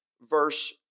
Verse